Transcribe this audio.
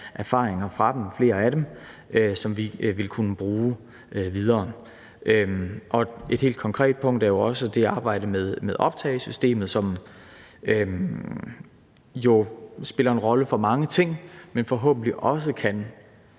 erfaringer fra flere af dem, som vi vil kunne bruge videre frem. Et helt konkret punkt er jo også det arbejde med optagesystemet, som spiller en rolle for mange ting, men som forhåbentlig også kan